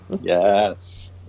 yes